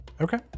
Okay